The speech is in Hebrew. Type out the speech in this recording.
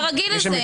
אתה רגיל לזה.